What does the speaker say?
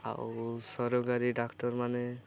ଆଉ ସରକାରୀ ଡାକ୍ତରମାନେ